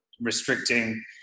restricting